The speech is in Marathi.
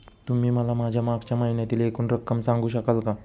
तुम्ही मला माझ्या मागच्या महिन्यातील एकूण रक्कम सांगू शकाल का?